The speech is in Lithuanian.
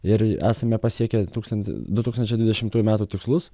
ir esame pasiekę tūks du tūkstančiai dvidešimtųjų metų tikslus